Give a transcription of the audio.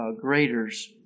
graders